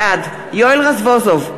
בעד יואל רזבוזוב,